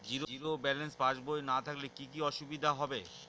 Zero balance পাসবই না থাকলে কি কী অসুবিধা হবে?